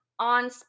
on